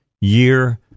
year